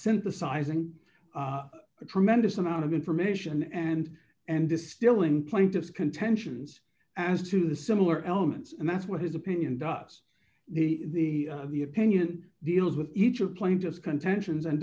synthesizing a tremendous amount of information and and distilling plaintiff contentions as to the similar elements and that's what his opinion does the the the opinion deals with each of playing just contentions and